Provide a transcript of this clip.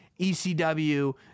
ECW